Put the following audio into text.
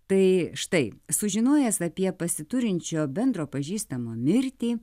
tai štai sužinojęs apie pasiturinčio bendro pažįstamo mirtį